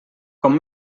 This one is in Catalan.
com